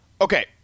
Okay